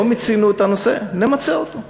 לא מיצינו את הנושא, נמצה אותו.